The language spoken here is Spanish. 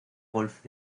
golf